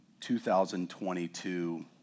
2022